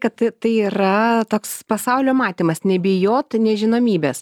kad tai yra toks pasaulio matymas nebijoti nežinomybės